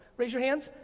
raise your hands.